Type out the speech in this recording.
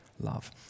love